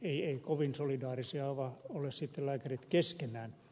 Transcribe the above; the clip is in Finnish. eivät kovin solidaarisia ole sitten lääkärit keskenään